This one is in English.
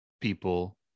people